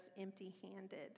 empty-handed